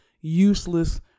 useless